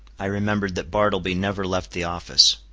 i remembered that bartleby never left the office.